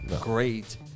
great